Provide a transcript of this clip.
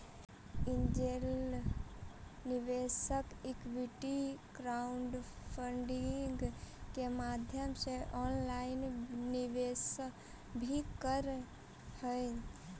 angel निवेशक equity crowdfunding के माध्यम से ऑनलाइन निवेश भी करऽ हइ